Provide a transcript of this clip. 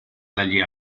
dagli